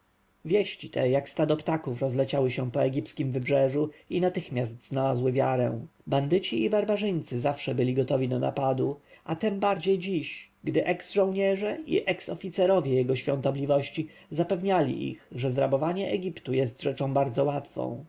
wieści te jak stado ptaków rozleciały się po libijskiem wybrzeżu i natychmiast znalazły wiarę bandyci i barbarzyńcy zawsze byli gotowi do napadu a tem bardziej dziś gdy eks-żołnierze i eks-oficerowie jego świątobliwości zapewniali ich że zrabowanie egiptu jest rzeczą bardzo łatwą